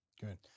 Good